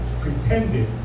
pretended